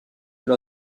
sous